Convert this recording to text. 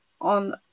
on